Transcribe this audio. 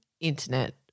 internet